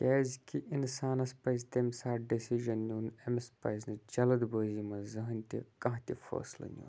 کیازکہِ اِنسانَس پَزِ تمہِ ساتہٕ ڈیسِجَن نیُن أمس پَزِ نہٕ جلد بٲزی مَنٛز زٕہٕنۍ تہِ کانٛہہ تہِ فٲصلہ نیُن